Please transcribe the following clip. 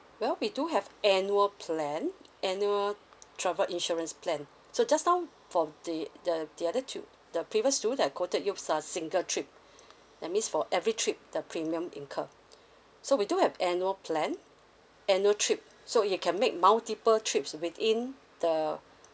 well we do have annual plan annual travel insurance plan so just now for the the the other two the previous two that I quoted you is a single trip that means for every trip the premium incurred so we do have annual plan annual trip so you can make multiple trips within the